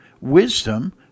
wisdom